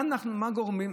מה הגורם?